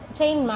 chain